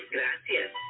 Gracias